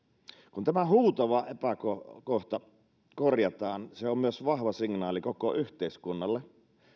kun tämä huutava epäkohta korjataan se on myös vahva signaali koko yhteiskunnalle